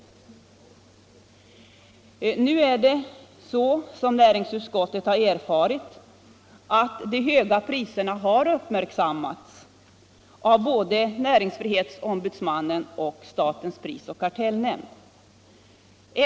Produktion av Nu är det så, som näringsutskottet har erfarit, att de höga priserna = billigare menstruahar uppmärksammats av både näringsfrihetsombudsmannen och statens = tionsskydd prisoch kartellnämnd.